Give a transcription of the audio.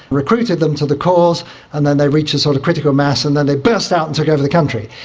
recruited them to the cause and then they reached a sort of critical mass and then they burst out and took over the country.